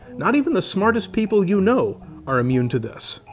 not even the smartest people you know are immune to this.